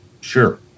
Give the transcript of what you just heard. sure